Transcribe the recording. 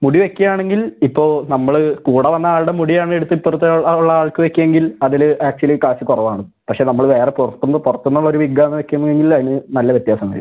മുടി വെക്കാണെങ്കിൽ ഇപ്പോൾ നമ്മൾ കൂടെ വന്നയാളുടെ മുടിയാണെടുത്ത് ഇപ്പറത്തുള്ളാൾക്ക് വെക്കാമെങ്കിൽ അതിൽ ആക്ച്വലി കാശ് കുറവാണ് പക്ഷേ നമ്മൾ വേറെ പുറത്തുന്ന് പുറത്തുന്നുള്ളൊരു വിഗാണ് വെക്കുന്നതെങ്കിൽ അതിന് നല്ല വ്യത്യാസം വരും